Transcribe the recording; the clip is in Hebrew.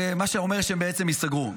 מה שאומר שהם בעצם ייסגרו.